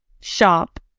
shop